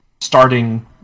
starting